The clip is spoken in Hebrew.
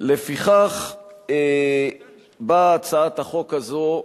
לפיכך באה הצעת החוק הזאת,